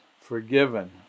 forgiven